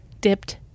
dipped